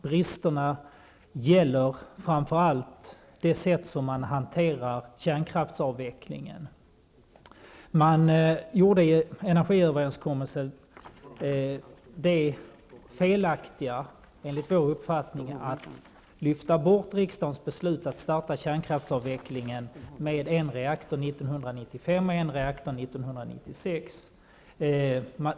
Bristerna gäller framför allt det sätt på vilket man hanterar kärnkraftsavvecklingen. Man gjorde i energiöverenskommelsen enligt vår uppfattning det felaktiga att lyfta bort riksdagens beslut att starta kärnkraftsavvecklingen med en reaktor 1995 och en 1996.